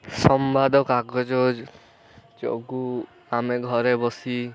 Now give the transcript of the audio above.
ସମ୍ବାଦ କାଗଜ ଯୋଗୁଁ ଆମେ ଘରେ ବସି